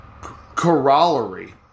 corollary